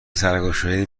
سرگشادهای